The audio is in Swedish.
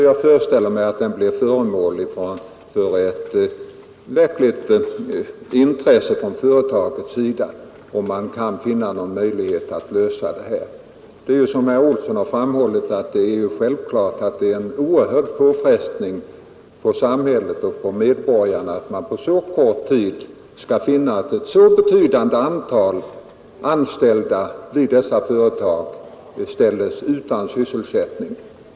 Jag föreställer mig att den kommer att bli föremål för ingående prövning inom företagen, om man där kan finna någon möjlighet att lösa problemet. Det innebär, som herr Olsson i Timrå framhållit, självfallet en oerhörd påfrestning på samhället och medborgarna när ett så betydande antal anställda som det här är fråga om ställs utan sysselsättning.